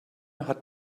hat